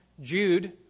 Jude